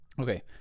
okay